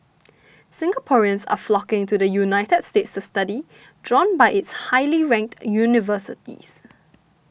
Singaporeans are flocking to the United States to study drawn by its highly ranked universities